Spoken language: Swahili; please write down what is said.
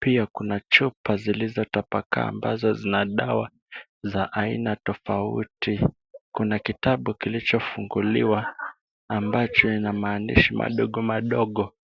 Pia kuna chupa zilizotapakaa, ambazo zina dawa za aina tofauti. Kuna kitabu kilichofunguliwa ambacho ina maandishi madogo madogo.